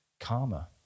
karma